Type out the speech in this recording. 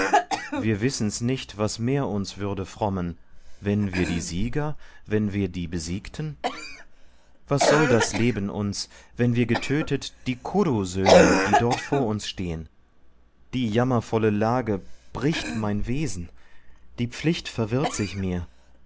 wir wissen's nicht was mehr uns würde frommen wenn wir die sieger wenn wir die besiegten was soll das leben uns wenn wir getötet die kuru söhne die dort vor uns stehen die jammervolle lage bricht mein wesen die pflicht verwirrt sich mir